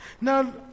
Now